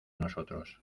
nosotros